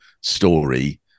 story